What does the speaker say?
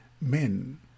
men